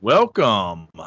Welcome